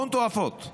הון תועפות.